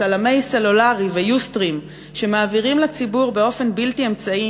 צלמי סלולרי ו"יוסטרים" שמעבירים לציבור באופן בלתי אמצעי